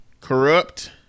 Corrupt